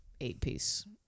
eight-piece